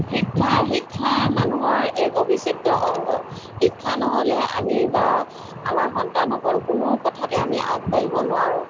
শিক্ষা শিক্ষা মানুহৰ এক অবিচ্ছেদ্য অংগ শিক্ষা নহ'লে আমি বা আমাৰ সন্তানসকল কোনো কথাতে আমি আগবাঢ়িব নোৱাৰোঁ